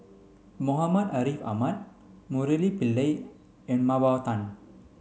Muhammad Ariff Ahmad Murali Pillai and Mah Bow Tan